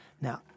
Now